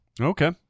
Okay